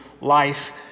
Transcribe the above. life